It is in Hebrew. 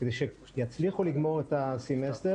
כדי שיצליחו לגמור את הסמסטר.